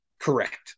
Correct